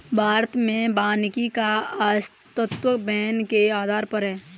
भारत में वानिकी का अस्तित्व वैन के आधार पर है